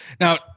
Now